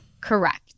Correct